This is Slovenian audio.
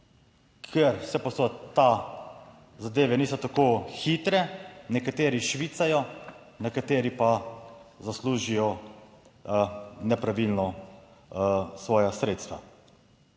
ker vsepovsod ta, zadeve niso tako hitre, nekateri švicajo, nekateri pa zaslužijo, nepravilno, svoja sredstva.